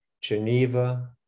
Geneva